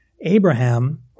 Abraham